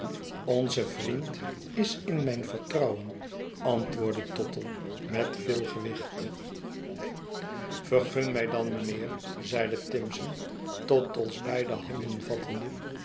onze vriend is in mijn vertrouwen antwoordde tottle met veel gewic'ht vergun mij dan mynheer zeide timson tottle's beide handen vattende